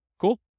Cool